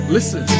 Listen